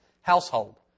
household